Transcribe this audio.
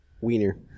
wiener